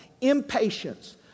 impatience